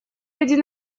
один